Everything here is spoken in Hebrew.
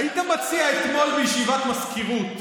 היית מציע אתמול בישיבת מזכירות